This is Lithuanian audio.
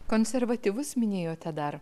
konservatyvus minėjote dar